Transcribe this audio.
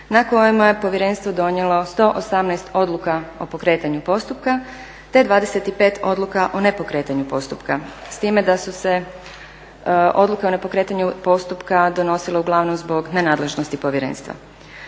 na kojima je povjerenstvo donijelo 118 odluka o pokretanju postupka te 25 odluka o nepokretanju postupka, s time da su se odluke o nepokretanju postupka donosile uglavnom zbog nenadležnosti povjerenstva.